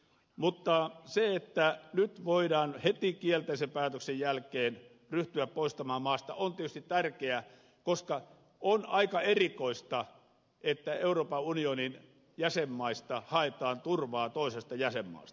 mutta se että nyt voidaan heti kielteisen päätöksen jälkeen ryhtyä poistamaan maasta on tietysti tärkeä koska on aika erikoista että euroopan unionin jäsenmaista haetaan turvaa toisesta jäsenmaasta